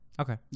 Okay